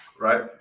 Right